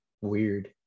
weird